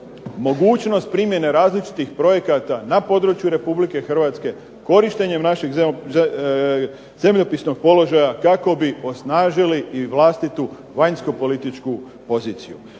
mogućnost primjene različitih projekata na području Republike Hrvatske, korištenjem našeg zemljopisnog položaja kako bi osnažili i vanjsko-političku poziciju.